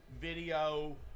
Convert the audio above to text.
video